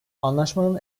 anlaşmanın